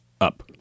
up